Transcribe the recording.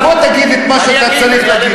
אז בוא, תגיד את מה שאתה צריך להגיד.